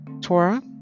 Torah